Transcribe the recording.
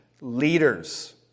leaders